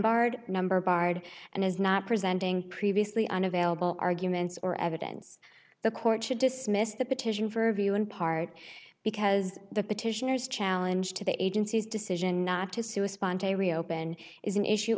barred number barred and is not presenting previously unavailable arguments or evidence the court should dismiss the petition for review in part because the petitioners challenge to the agency's decision not to sue a sponte reopen is an issue